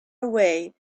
away